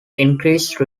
increase